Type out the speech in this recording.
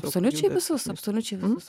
absoliučiai visus absoliučiai visus